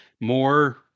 more